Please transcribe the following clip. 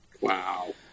Wow